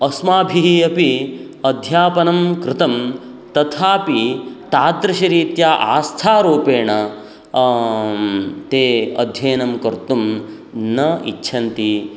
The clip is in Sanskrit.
अस्माभिः अपि अध्यापनं कृतं तथापि तादृशरीत्या आस्थारूपेण ते अध्ययनं कर्तुं न इच्छन्ति